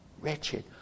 Wretched